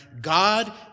God